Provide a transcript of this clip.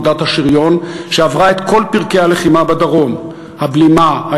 אוגדת השריון שעברה את כל פרקי הלחימה בדרום: הבלימה,